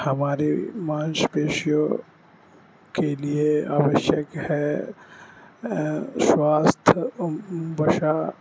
ہماری مانس پیشیوں کے لیے آویشیک ہے شواستھ بشا